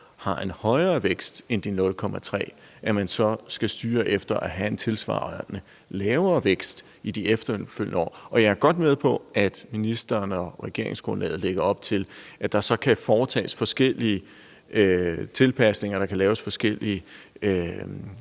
har en højere vækst end de 0,3 pct., skal man styre efter at have en tilsvarende lavere vækst i de efterfølgende år? Jeg er godt med på, at ministeren og regeringsgrundlaget lægger op til, at der så kan foretages forskellige tilpasninger og eksempelvis laves forskellige